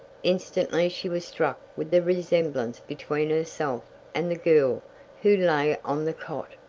instantly she was struck with the resemblance between herself and the girl who lay on the cot.